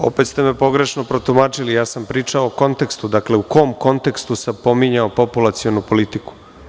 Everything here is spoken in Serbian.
Opet ste me pogrešno protumačili, ja sam pričao o kontekstu, dakle u kom kontekstu sam pominjao populacionu politiku.